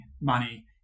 money